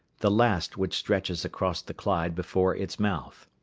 the last which stretches across the clyde before its mouth.